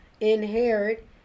inherit